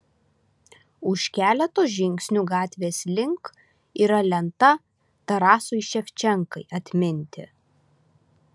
už keleto žingsnių gatvės link yra lenta tarasui ševčenkai atminti